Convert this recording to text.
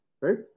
right